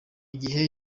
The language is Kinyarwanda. gihe